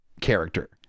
character